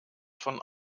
von